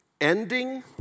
ending